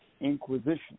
Inquisition